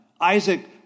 Isaac